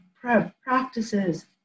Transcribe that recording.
practices